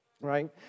right